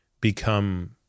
become